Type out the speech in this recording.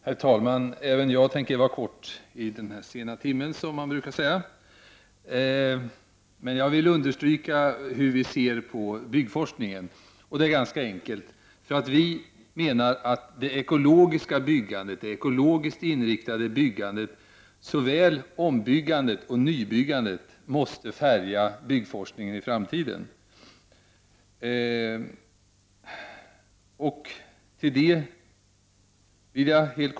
Herr talman! Även jag tänker fatta mig kort i den här sena timmen som man brukar säga. Jag vill understryka hur vi ser på byggforskningen. Det är ganska enkelt. Vi menar att det ekologiskt inriktade byggandet — såväl ombyggandet som nybyggandet — måste färga byggforskningen i framtiden.